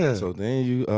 yeah so then you,